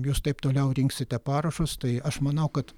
jūs taip toliau rinksite parašus tai aš manau kad